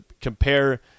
compare